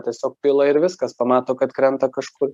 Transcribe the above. tiesiog pila ir viskas pamato kad krenta kažkur